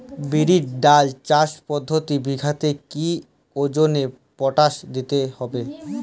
বিরির ডাল চাষ প্রতি বিঘাতে কি ওজনে পটাশ দিতে হবে?